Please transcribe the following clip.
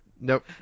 Nope